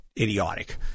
idiotic